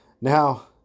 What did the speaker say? Now